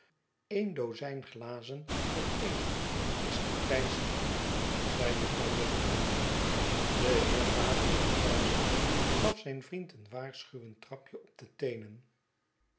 een dozijn glazen voor een is dekleinste boete zeide juffrouw lillerton de heer gabriel parsons gaf zijn vriend een waarschuwend trapje op de teenen